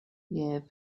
yeah